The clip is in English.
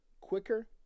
quicker